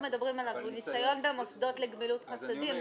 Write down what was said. מדברים עליו הוא ניסיון במוסדות לגמילות חסדים,